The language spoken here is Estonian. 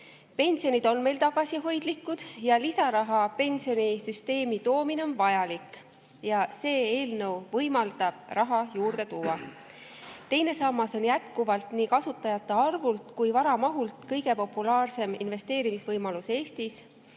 Pensionid on meil tagasihoidlikud, lisaraha pensionisüsteemi toomine on vajalik ja see eelnõu võimaldab raha juurde tuua. Teine sammas on jätkuvalt nii kasutajate arvult kui ka vara mahult kõige populaarsem investeerimisvõimalus Eestis.